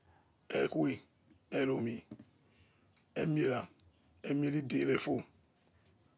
Ekuwe, eromi, eruiera, emiera idere efo,